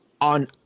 on